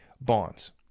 bonds